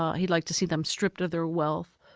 ah he'd like to see them stripped of their wealth,